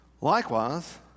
Likewise